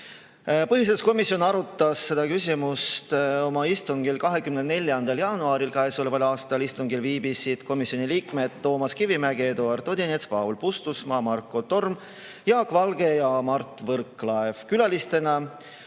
Põhiseaduskomisjon arutas seda küsimust oma istungil 24. jaanuaril käesoleval aastal. Istungil viibisid komisjoni liikmed Toomas Kivimägi, Eduard Odinets, Paul Puustusmaa, Marko Torm, Jaak Valge ja Mart Võrklaev. Külalistena